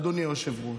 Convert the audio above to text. אדוני היושב-ראש,